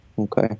Okay